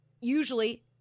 usually